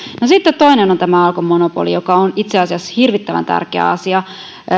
no sitten toinen on tämä alkon monopoli joka on itse asiassa hirvittävän tärkeä asia